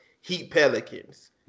Heat-Pelicans